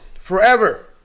forever